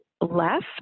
left